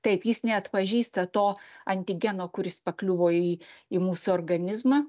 taip jis neatpažįsta to antigeno kuris pakliuvo į į mūsų organizmą